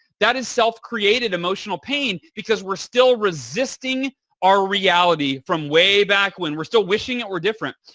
that is self-created emotional pain because we're still resisting our reality from way back when we're still wishing it were different.